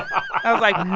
i was like,